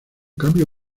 cambio